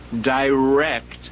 direct